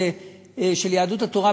של יהדות התורה,